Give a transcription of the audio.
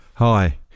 Hi